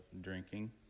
drinking